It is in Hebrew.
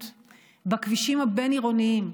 התרעננות בכבישים הבין-עירוניים.